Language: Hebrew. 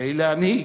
כדי להנהיג,